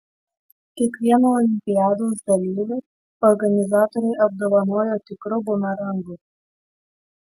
kiekvieną olimpiados dalyvį organizatoriai apdovanojo tikru bumerangu